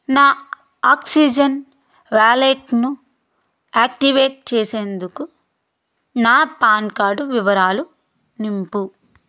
నా ఆక్సిజెన్ వాలెట్ను యాక్టివేట్ చేసేందుకు నా పాన్ కార్డు వివరాలు నింపు